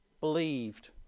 believed